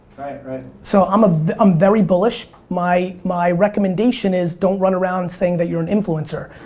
right, right. so i'm ah um very bullish. my my recommendation is don't run around saying that you're an influencer.